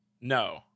No